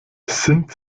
sind